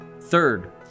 Third